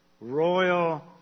royal